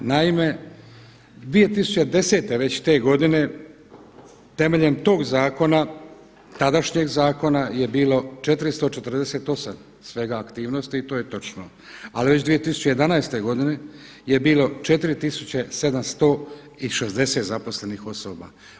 Naime, 2010. već te godine temeljem tog zakona, tadašnjeg zakona je bilo 448 svega aktivnosti, to je točno ali već 2011. godine je bilo 4760 zaposlenih osoba.